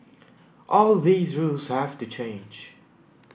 all these rules have to change